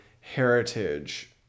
heritage